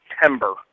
September